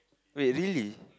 really